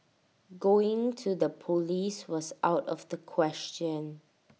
going to the Police was out of the question